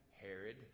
Herod